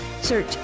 search